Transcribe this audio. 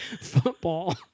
football